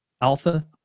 Alpha